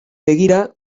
begira